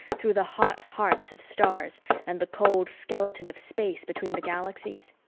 through the hot hearts of stars and the cold skeleton of space between the galaxies?